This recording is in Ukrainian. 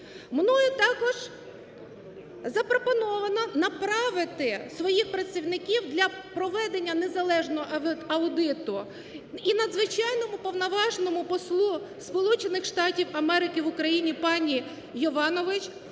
Мною також запропоновано направити своїх працівників для проведення незалежного аудиту і Надзвичайному і Повноважному Послу Сполучених Штатів Америки в Україні пані Йованович,